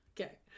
Okay